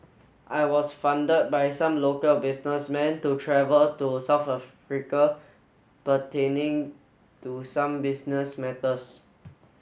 I was funded by some local businessman to travel to South Africa pertaining to some business matters